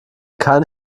keinen